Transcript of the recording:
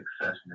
Success